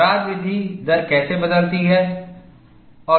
दरार वृद्धि दर कैसे बदलती है